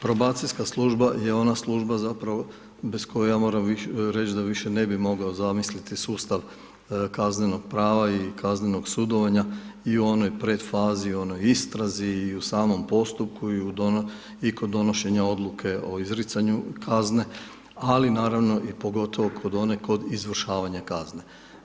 Probacijska služba je ona služba zapravo bez koje ja moram reći da više ne bih mogao zamisliti sustav kaznenog prava i kaznenog sudovanja i u onoj pretfazi i istrazi i u samom postupku i kod donošenja odluke o izricanju kazne, ali naravno i pogotovo kod one kod izvršavanja kazne.